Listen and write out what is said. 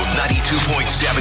92.7